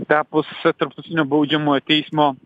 tapus tarptautinio baudžiamojo teismo